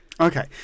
Okay